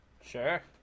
sure